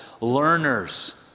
learners